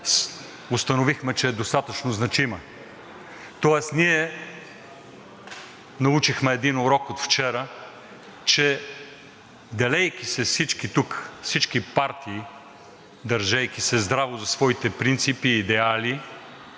установихме, че е достатъчно значима. Тоест ние научихме един урок от вчера, че делейки се, всички партии, държейки се здраво за своите принципи и идеали